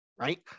right